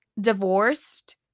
Divorced